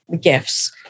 gifts